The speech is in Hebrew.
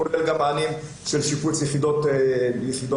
כולל גם מענים של שיפוץ יחידות קיימות.